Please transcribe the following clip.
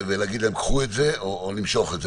ולהגיד להם: קחו את זה או למשוך את זה.